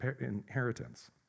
inheritance